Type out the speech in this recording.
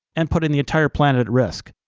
and putting the entire planet at risk.